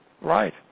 Right